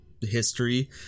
history